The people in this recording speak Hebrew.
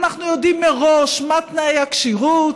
אנחנו יודעים מראש מה תנאי הכשירות,